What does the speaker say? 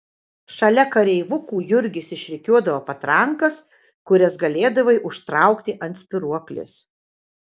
šalia kareivukų jurgis išrikiuodavo patrankas kurias galėdavai užtraukti ant spyruoklės